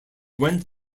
went